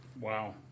wow